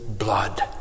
blood